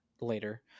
later